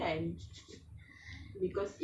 happy tree